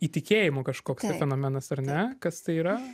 įtikėjimo kažkoks tai fenomenas ar ne kas tai yra